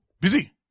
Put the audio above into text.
Busy